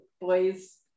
boys